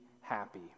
happy